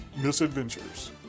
misadventures